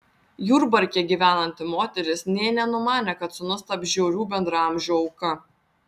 jurbarke gyvenanti moteris nė nenumanė kad sūnus taps žiaurių bendraamžių auka